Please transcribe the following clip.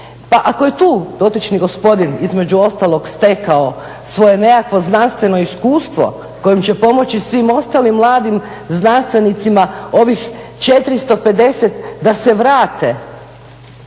Pa ako je tu dotični gospodin između ostalog stekao svoje nekakvo znanstveno iskustvo kojim će pomoći svim ostalim mladim znanstvenicima ovih 450 da se vrate